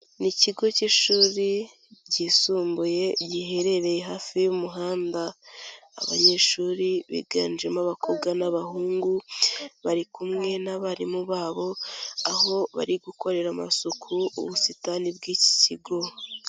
Ni ikigo cy'ishuri ryisumbuye giherereye hafi y'umuhanda, abanyeshuri biganjemo abakobwa n'abahungu bari kumwe n'abarimu babo, aho bari gukorera amasuku ubusitani bw'iki kigo.